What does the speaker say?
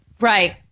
Right